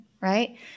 right